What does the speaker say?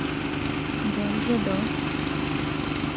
ᱱᱚᱶᱟ ᱫᱚᱞ ᱨᱮᱫᱚ